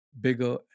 bigger